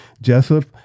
Joseph